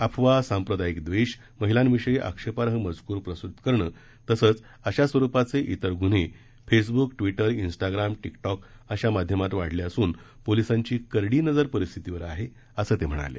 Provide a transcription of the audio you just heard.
अफवा सांप्रदायिक द्वेष महिलांविषयी आक्षेपार्ह मजकूर प्रसृत करणं तसंच अशा स्वरुपाचे इतर गून्हे फेसब्क ट्वीटर इन्स्टाग्राम टिकटॉक अशा माध्यमात वाढले असून पोलीसांची करपी नजर परिस्थितीवर आहे असं ते म्हणाले